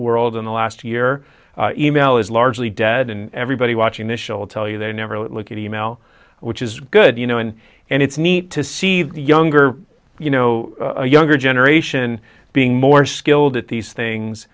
world in the last year email is largely dead and everybody watching this show will tell you they never look at email which is good you know and and it's neat to see the younger you know a younger generation being more skilled at these things